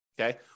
Okay